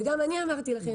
וגם אני אמרתי לכם,